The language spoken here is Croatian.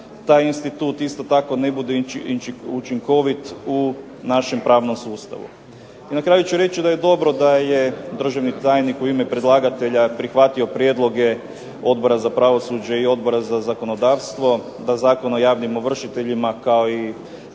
I na kraju ću reći da je dobro da je državni tajnik u ime predlagatelja prihvatio prijedloge Odbora za pravosuđe i Odbora za zakonodavstvo da Zakon o javnim ovršiteljima, kao i